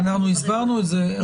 הסברנו את זה.